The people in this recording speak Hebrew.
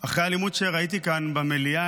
אחרי האלימות שראיתי כאן במליאה,